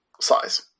size